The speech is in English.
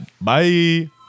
Bye